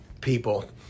people